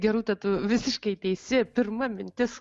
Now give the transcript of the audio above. taip gerūta tu visiškai teisi pirma mintis